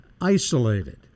isolated